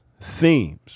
themes